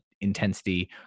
intensity